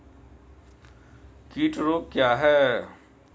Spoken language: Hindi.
कीट रोग क्या है?